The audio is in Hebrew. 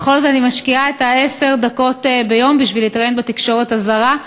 ובכל זאת אני משקיעה את העשר דקות ביום בשביל להתראיין בתקשורת הזרה,